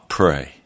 pray